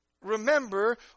Remember